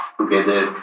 together